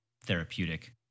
therapeutic